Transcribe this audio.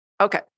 okay